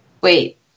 Wait